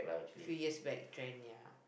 a few years back trend ya